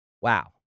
Wow